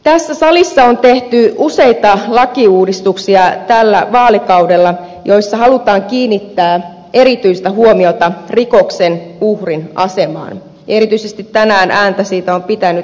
tässä salissa on tehty useita lakiuudistuksia tällä vaalikaudella joissa halutaan kiinnittää erityistä huomiota rikoksen uhrin asemaan ja erityisesti tänään ääntä siitä on pitänyt ed